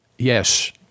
Yes